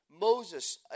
Moses